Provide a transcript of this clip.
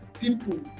People